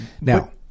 Now